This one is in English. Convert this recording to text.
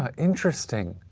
ah interesting.